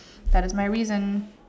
that is my reason